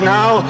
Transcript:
now